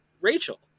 Rachel